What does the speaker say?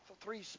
three